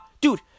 Dude